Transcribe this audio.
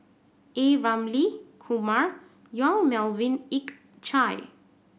A Ramli Kumar Yong Melvin Yik Chye